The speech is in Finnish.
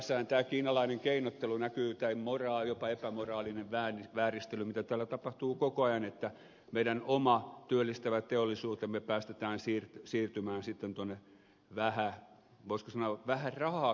tässähän tämä kiinalainen keinottelu näkyy tai moraali jopa epämoraalinen vääristely mitä täällä tapahtuu koko ajan että meidän oma työllistävä teollisuutemme päästetään siirtymään sitten tuonne voisiko sanoa vähän rahaa kuluttaviin maihin